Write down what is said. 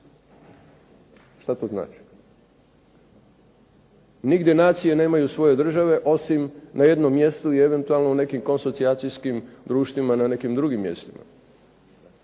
šta to znači? Nigdje nacije nemaju svoje države osim na jednom mjestu i eventualno u nekim konsocijacijskim društvima na nekim drugim mjestima.